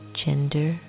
gender